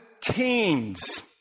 teens